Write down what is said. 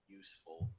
useful